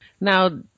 Now